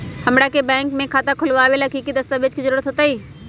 हमरा के बैंक में खाता खोलबाबे ला की की दस्तावेज के जरूरत होतई?